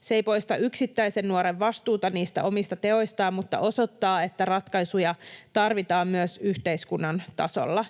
Se ei poista yksittäisen nuoren vastuuta omista teoistaan mutta osoittaa, että ratkaisuja tarvitaan myös yhteiskunnan tasolla.